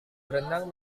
berenang